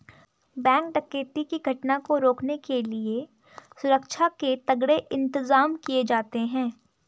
bank डकैती की घटना को रोकने के लिए सुरक्षा के तगड़े इंतजाम किए जाते हैं